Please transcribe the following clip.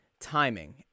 timing